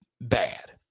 bad